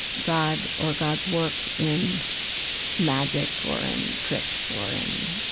god or god's work in magic or in tricks or in,